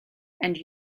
and